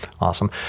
awesome